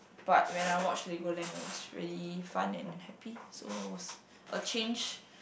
but when I watched Legoland it was really fun and happy so was a change